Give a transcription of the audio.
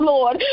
Lord